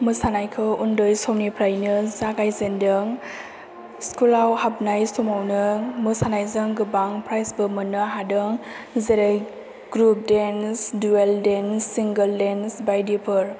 मोसानायखौ उन्दै समनिफ्राइनो जागायजेनदों स्कुलाव हाबनाय समावनो मोसानायजों गोबां प्राइसबो मोननो हादों जेरै group dance dual dance single dance बायदिफोर